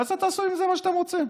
אחרי זה תעשו עם זה מה שאתם רוצים.